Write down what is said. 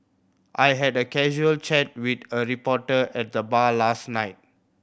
I had a casual chat with a reporter at the bar last night